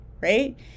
right